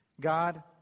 God